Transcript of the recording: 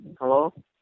Hello